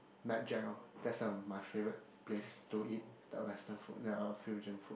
Mad Jack lor that's the my favorite place to eat the western food the fusion food